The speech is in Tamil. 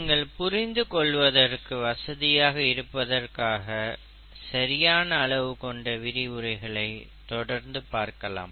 நீங்கள் புரிந்து கொள்வதற்கு வசதியாக இருப்பதிர்காக செரியான அளவு கொண்ட விரிவுரைகளை தொடர்ந்து பார்க்கலாம்